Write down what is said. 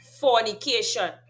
fornication